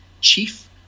chief